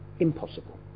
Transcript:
impossible